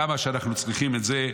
כמה שאנחנו צריכים את זה.